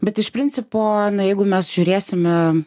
bet iš principo na jeigu mes žiūrėsime